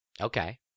okay